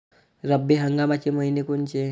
रब्बी हंगामाचे मइने कोनचे?